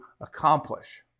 accomplish